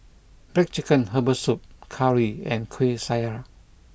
Black Chicken Herbal Soup Curry and Kueh Syara